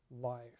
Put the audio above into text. life